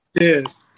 Yes